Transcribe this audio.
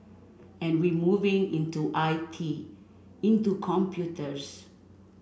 and we moving into I T into computers